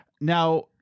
Now